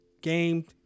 game